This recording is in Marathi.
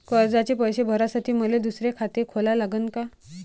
कर्जाचे पैसे भरासाठी मले दुसरे खाते खोला लागन का?